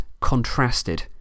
contrasted